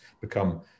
become